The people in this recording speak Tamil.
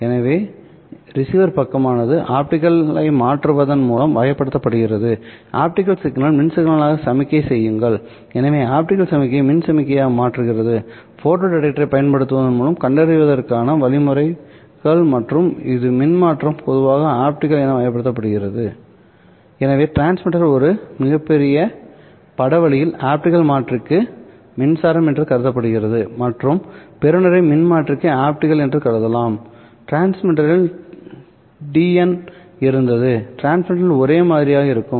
எனவே ரிசீவர் பக்கமானது ஆப்டிகலை மாற்றுவதன் மூலம் வகைப்படுத்தப்படுகிறது ஆப்டிகல் சிக்னலை மின் சிக்னலாக சமிக்ஞை செய்யுங்கள் எனவே ஆப்டிகல் சமிக்ஞையை மின் சமிக்ஞையாக மாற்றுகிறது ஃபோட்டோ டிடெக்டரைப் பயன்படுத்துவதன் மூலம் கண்டறிவதற்கான வழிமுறைகள் மற்றும் இது மின் மாற்றம் பொதுவாக ஆப்டிகல் என வகைப்படுத்தப்படுகிறது எனவே டிரான்ஸ்மிட்டர் ஒரு மிகப் பெரிய பட வழியில் ஆப்டிகல் மாற்றிக்கு மின்சாரம் என்று கருதப்படுகிறது மற்றும் பெறுநரை மின் மாற்றிக்கு ஆப்டிகல் என்று கருதலாம் டிரான்ஸ்மிட்டரில் டிஎன் இருந்தது டிரான்ஸ்மிட்டரில் ஒரே மாதிரியாக இருக்கும்